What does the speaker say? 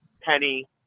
penny